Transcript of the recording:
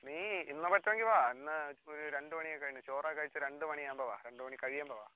നീ ഇന്ന് പറ്റുവെങ്കിൽ വാ ഇന്ന് ഒര് രണ്ട് മണി ഒക്കെ കഴിഞ്ഞ് ചോറൊക്കെ കഴിച്ച് രണ്ട് മണിയാകുമ്പോൾ വാ രണ്ട് മണി കഴിയുമ്പോൾ വാ